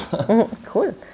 cool